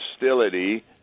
hostility